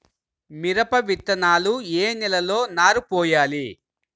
మిరప విత్తనాలు ఏ నెలలో నారు పోయాలి?